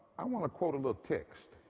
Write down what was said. i want to quote a little text.